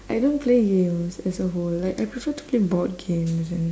I don't play games as a whole like I prefer to play board games and